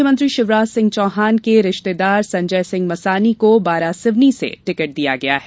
मुख्यमंत्री शिवराज सिंह के रिश्तेदार संजय सिंह मसानी को बारासिवनी से टिकट दिया गया है